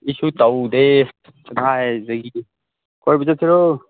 ꯏꯁꯨ ꯇꯧꯗꯦ ꯀꯗꯥꯏꯗꯒꯤ ꯀꯣꯏꯕ ꯆꯠꯁꯤꯔꯣ